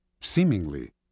Seemingly